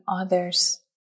others